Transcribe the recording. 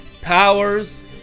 powers